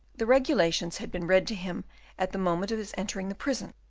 the regulations had been read to him at the moment of his entering the prison,